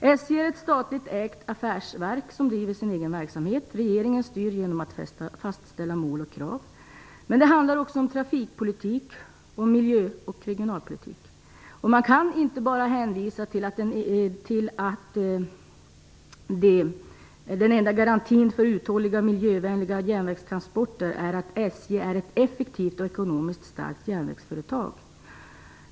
SJ är ett statligt ägt affärsverk som driver sin verksamhet. Regeringen styr genom att fastställa mål och krav. Men det handlar också om trafikpolitik, miljöoch regionalpolitik. Man kan inte bara hänvisa till att den enda garantin för uthålliga miljövänliga järnvägstransporter är att SJ är ett effektivt och ekonomiskt starkt järnvägsföretag.